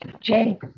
Jay